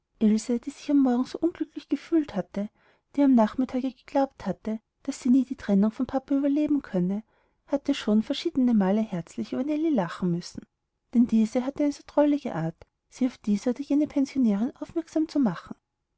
die am morgen sich so unglücklich gefühlt hatte die am nachmittage geglaubt hatte daß sie nie die trennung vom papa überleben könne hatte schon verschiedenemal herzlich über nellie lachen müssen denn diese hatte eine so drollige art sie auf diese oder jene pensionärin aufmerksam zu machen